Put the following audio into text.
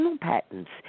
patents